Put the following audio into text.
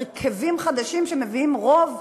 הרכבים חדשים שמביאים רוב,